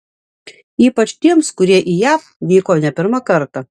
ypač tiems kurie į jav vyko ne pirmą kartą